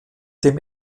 dem